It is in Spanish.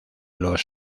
los